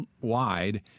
wide